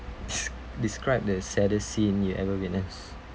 des~ describe the saddest scene you ever witness